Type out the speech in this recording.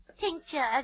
Tincture